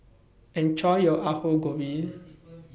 Enjoy your Aloo Gobi